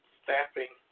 staffing